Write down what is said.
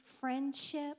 friendship